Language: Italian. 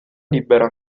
libera